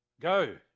go